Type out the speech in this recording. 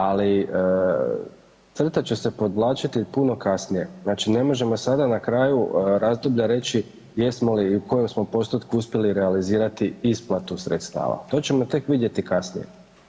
Ali, crta će se podvlačiti puno kasnije, znači ne možemo sada na kraju razdoblja reći jesmo li i u kojem smo postotku uspjeli realizirati isplatu sredstava, to ćemo tek vidjeti kasnije.